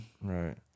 right